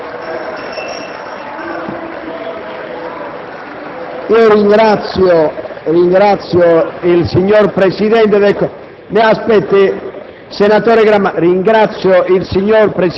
La ringrazio, signor Presidente.